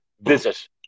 visit